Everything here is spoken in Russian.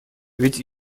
ведь